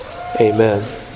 Amen